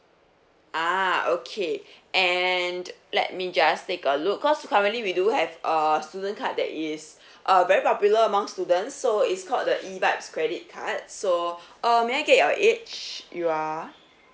ah okay and let me just take a look because currently we do have err student card that is uh very popular among students so it's called the evibes credit card so uh may I get your age you are